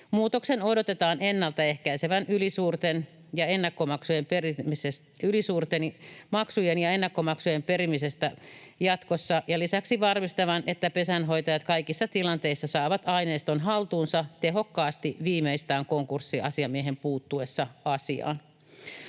Muutoksen odotetaan ennaltaehkäisevän ylisuurten maksujen ja ennakkomaksujen perimistä jatkossa ja lisäksi varmistavan, että pesänhoitajat kaikissa tilanteissa saavat aineiston haltuunsa tehokkaasti viimeistään konkurssiasiamiehen puuttuessa asiaan.